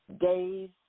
days